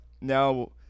Now